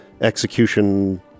execution